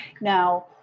Now